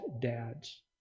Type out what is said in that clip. dads